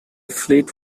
fleet